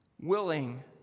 willing